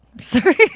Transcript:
Sorry